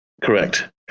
Correct